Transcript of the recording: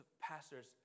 pastors